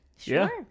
Sure